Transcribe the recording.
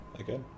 Okay